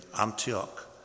Antioch